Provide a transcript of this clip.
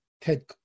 Ted